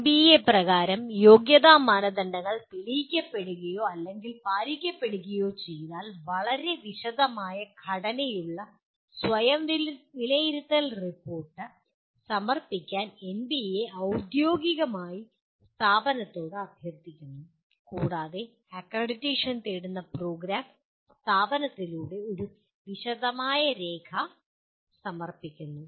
NBA പ്രകാരം യോഗ്യതാ മാനദണ്ഡങ്ങൾ തെളിയിക്കപ്പെടുകയോ അല്ലെങ്കിൽ പാലിക്കപ്പെടുകയോ ചെയ്താൽ വളരെ വിശദമായ ഘടനയുള്ള സ്വയം വിലയിരുത്തൽ റിപ്പോർട്ട് സമർപ്പിക്കാൻ എൻബിഎ ഊദ്യോഗികമായി സ്ഥാപനത്തോട് അഭ്യർത്ഥിക്കുന്നു കൂടാതെ അക്രഡിറ്റേഷൻ തേടുന്ന പ്രോഗ്രാം സ്ഥാപനത്തിലൂടെ വിശദമായ ഒരു രേഖ സമർപ്പിക്കുന്നു